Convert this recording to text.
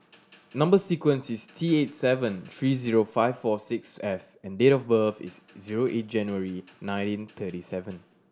number sequence is T eight seven three zero five four six F and date of birth is zero eight January nineteen thirty seven